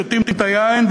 שותים את היין,